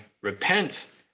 repent